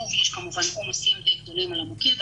יש כמובן עומסים די גדולים על המוקד,